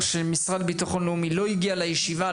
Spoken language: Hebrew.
שהמשרד לביטחון לאומי לא הגיע לישיבה,